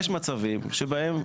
יש מצבים שבהם,